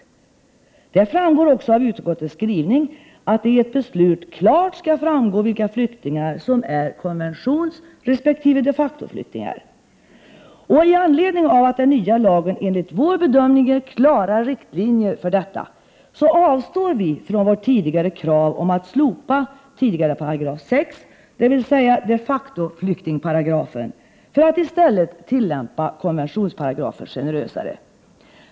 31 maj 1989 Det framgår också av utskottets skrivning att det i ett beslut klart skall framgå vilka flyktingar som är konventionsresp. de facto-flyktingar. I anledning av att den nya lagen enligt vår bedömning ger klara riktlinjer för detta avstår vi från vårt tidigare krav på att slopa den gamla 6 §, dvs. ”de facto-flyktingparagrafen”, för att i stället tillämpa konventionsparagrafen generösare.